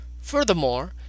Furthermore